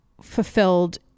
fulfilled